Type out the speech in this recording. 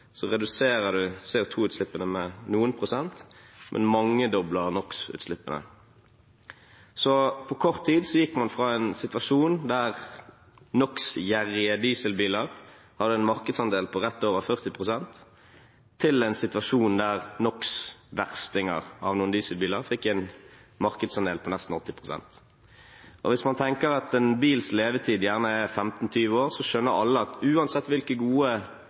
Så på kort tid gikk man fra en situasjon der NOx-gjerrige dieselbiler hadde en markedsandel på rett over 40 pst., til en situasjon der NOx-verstinger av dieselbiler fikk en markedsandel på nesten 80 pst. Hvis man tenker at en bils levetid gjerne er 15–20 år, skjønner alle at uansett hvilke gode